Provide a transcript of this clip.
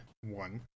One